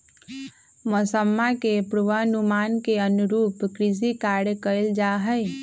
मौसम्मा के पूर्वानुमान के अनुरूप कृषि कार्य कइल जाहई